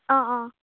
অঁ অঁ